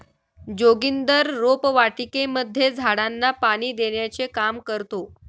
जोगिंदर रोपवाटिकेमध्ये झाडांना पाणी देण्याचे काम करतो